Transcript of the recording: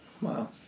Wow